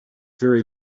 very